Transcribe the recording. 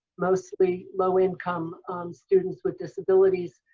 mostly low-income students with disabilities,